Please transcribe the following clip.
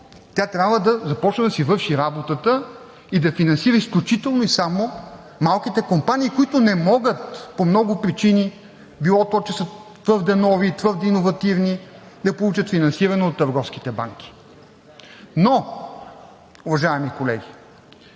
тя трябва да започне да си върши работата и да финансира изключително и само малките компании, които не могат по много причини – било то, че са твърде нови и твърде иновативни, да получат финансиране от търговските банки. Но, уважаеми колеги,